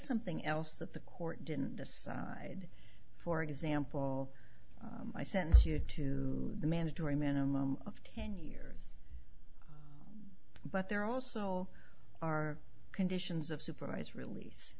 something else that the court didn't decide for example i sentence you to the mandatory minimum of ten years but there also are conditions of supervised release